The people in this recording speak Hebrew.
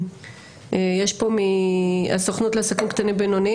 יש פה מהסוכנות לעסקים קטנים ובינוניים,